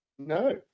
No